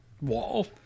wall